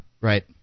Right